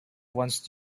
wants